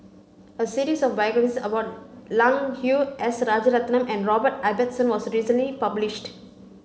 a series of biographies about Lang Hui S Rajaratnam and Robert Ibbetson was recently published